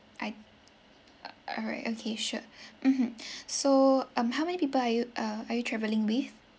I all right okay sure mmhmm so um how many people are you uh are you travelling with